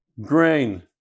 Grain